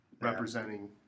representing